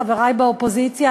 חברי באופוזיציה,